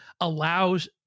allows